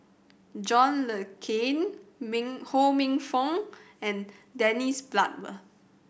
John Le Cain Min Ho Minfong and Dennis Bloodworth